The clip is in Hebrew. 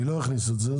אני לא אכניס את זה.